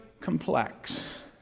complex